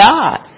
God